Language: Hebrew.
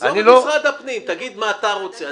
עזוב את משרד הפנים, תגיד מה אתה רוצה.